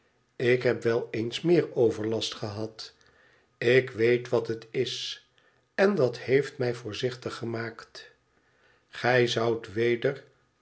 ik heb wel eens meer overlast gehad ik weet wat het is en dat heeft mij voorzichtig gemaakt gij zoudt weder